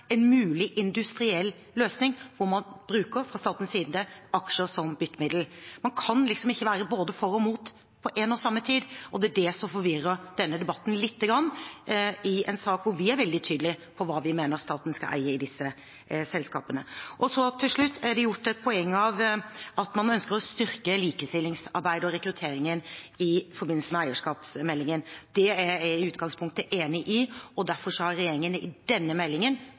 en mulig industriell løsning hvor man bruker fra statens side aksjer som byttemiddel. Man kan liksom ikke være både for og mot på en og samme tid, og det er det som forvirrer denne debatten litt i en sak hvor vi er veldig tydelige på hva vi mener staten skal eie i disse selskapene. Så til slutt: Det er gjort et poeng av at man ønsker å styrke likestillingsarbeidet og rekrutteringen i forbindelse med eierskapsmeldingen. Det er jeg i utgangspunktet enig i, og derfor har regjeringen i denne meldingen